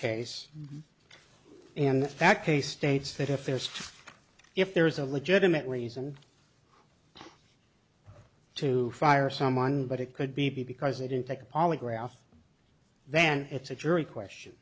case and that case states that if there's if there's a legitimate reason to fire someone but it could be because they didn't take a polygraph then it's a jury question